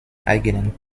eigenen